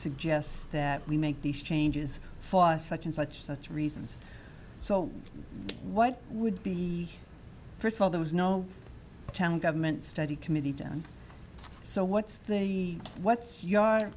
suggest that we make these changes for such and such such reasons so what would be first of all there was no government study committee done so what's the what's y